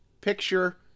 picture